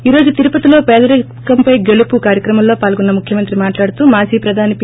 ఈ రోజు తిరుపతి లో పేదరికెం పై గెలుపు కార్యక్రమంలో పాల్గొన్న ముఖ్యమంత్రి మాట్లాడుతూ మాజీ ప్రధాని పీ